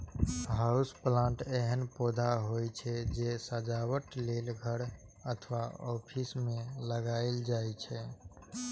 house plant एहन पौधा होइ छै, जे सजावट लेल घर अथवा ऑफिस मे लगाएल जाइ छै